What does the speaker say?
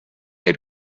had